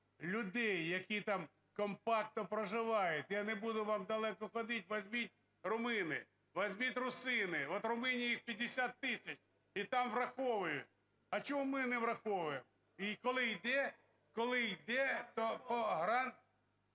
людей, які там компактно проживають? Я не буду вам далеко ходити, візьмітьрумыны, візьміть русини. От в Румунії їх 50 тисяч і там враховують. А чому ми не враховуємо, коли іде, коли іде,